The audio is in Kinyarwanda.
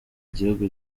gihugu